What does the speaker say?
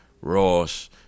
Ross